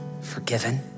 forgiven